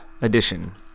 Edition